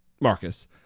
Marcus